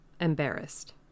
embarrassed